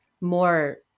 more